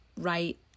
right